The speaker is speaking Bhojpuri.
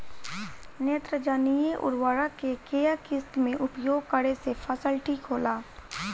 नेत्रजनीय उर्वरक के केय किस्त मे उपयोग करे से फसल ठीक होला?